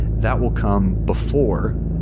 that will come before.